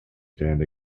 stand